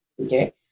Okay